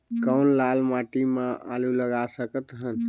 कौन लाल माटी म आलू लगा सकत हन?